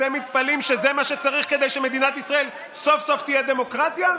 אתם מתפלאים שזה מה שצריך כדי שמדינת ישראל סוף-סוף תהיה דמוקרטיה?